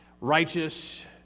righteous